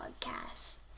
Podcast